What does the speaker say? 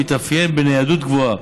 המתאפיין בניידות גבוהה.